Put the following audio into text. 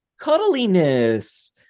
Cuddliness